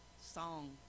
song